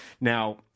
now